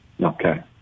Okay